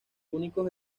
únicos